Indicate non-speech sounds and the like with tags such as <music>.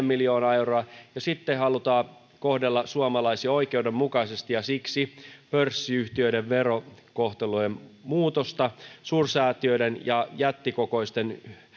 <unintelligible> miljoonaa euroa sitten halutaan kohdella suomalaisia oikeudenmukaisesti ja siksi pörssiyhtiöiden verokohtelujen muutosta suursäätiöiden ja jättikokoisten